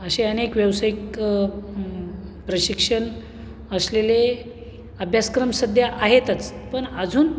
असे अनेक व्यावसायिक प्रशिक्षण असलेले अभ्यासक्रम सध्या आहेतच पण अजून